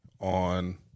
on